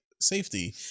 safety